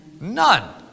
None